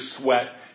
sweat